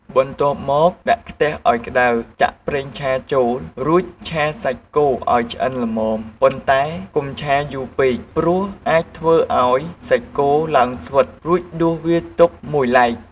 បន្ទាប់់មក ដាក់ខ្ទះឱ្យក្តៅ ចាក់ប្រេងឆាចូល រួចឆាសាច់គោឱ្យឆ្អិនល្មម ប៉ុន្តែកុំឆាយូរពេកព្រោះអាចធ្វើឱ្យសាច់គោឡើងស្វិត រួចដួសវាទុកមួយឡែក។